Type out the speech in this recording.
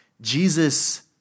Jesus